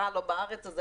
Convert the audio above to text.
היא